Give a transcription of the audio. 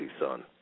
son